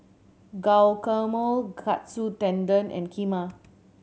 Guacamole Katsu Tendon and Kheema